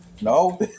No